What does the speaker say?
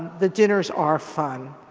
the dinners are fun.